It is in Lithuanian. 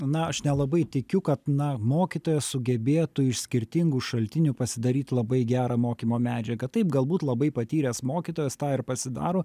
na aš nelabai tikiu kad na mokytojas sugebėtų iš skirtingų šaltinių pasidaryt labai gerą mokymo medžiagą taip galbūt labai patyręs mokytojas tą ir pasidaro